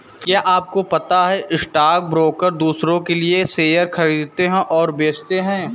क्या आपको पता है स्टॉक ब्रोकर दुसरो के लिए शेयर खरीदते और बेचते है?